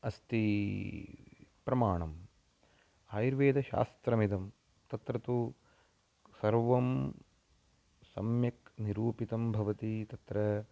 अस्ति प्रमाणम् आयुर्वेदशास्त्रमिदं तत्र तु सर्वं सम्यक् निरूपितं भवति तत्र